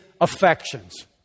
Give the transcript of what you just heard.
affections